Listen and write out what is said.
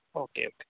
okay okay